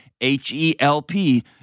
H-E-L-P